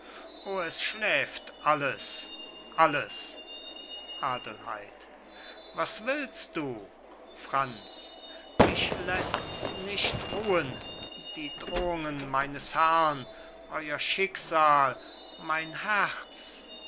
o es schläft alles alles adelheid was willst du franz mich läßt's nicht ruhen die drohungen meines herrn euer schicksal mein herz